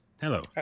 Hello